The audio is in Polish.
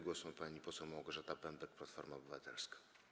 Głos ma pani poseł Małgorzata Pępek, Platforma Obywatelska.